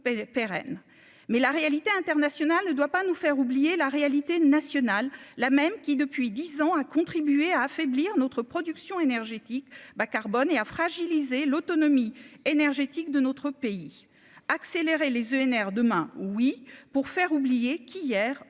pérenne, mais la réalité internationale ne doit pas nous faire oublier la réalité nationale, là même qui depuis 10 ans à contribuer à affaiblir notre production énergétiques bas-carbone et à fragiliser l'autonomie énergétique de notre pays, accélérer les ENR demain oui pour faire oublier qu'hier